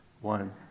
One